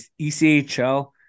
ECHL